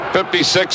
56